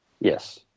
Yes